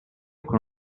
con